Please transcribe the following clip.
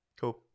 Cool